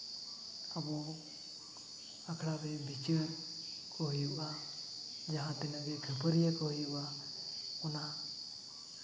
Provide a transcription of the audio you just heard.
ᱟᱵᱚ ᱟᱠᱷᱲᱟ ᱨᱮ ᱵᱤᱪᱟᱹᱨ ᱠᱚ ᱦᱩᱭᱩᱜᱼᱟ ᱡᱟᱦᱟᱸ ᱛᱤᱱᱟᱹᱜ ᱜᱮ ᱠᱷᱟᱹᱯᱟᱹᱨᱤᱭᱟᱹ ᱠᱚ ᱦᱩᱭᱩᱜᱼᱟ ᱚᱱᱟ